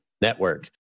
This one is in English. network